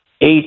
eight